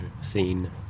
Scene